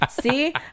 see